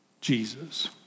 Jesus